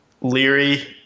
Leary